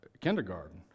kindergarten